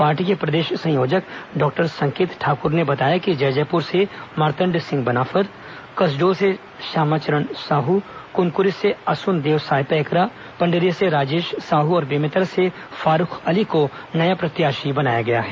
party के प्रदेश संयोजक डॉक्टर संकेत ठाकुर ने बताया कि जैजैपुर से मार्तण्ड सिंह बनाफर कसडोल से श्यामा चरण साह कुनकुरी से असुनदेव साय पैकरा पंडरिया से राजेश साहू और बेमेतरा से फारुख अली को नया प्रत्याशी बनाया गया है